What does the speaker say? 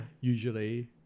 usually